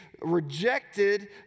rejected